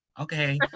okay